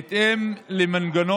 אני מציע לשר,